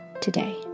today